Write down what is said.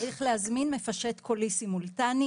צריך להזמין מפשט קולי סימולטני.